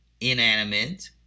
inanimate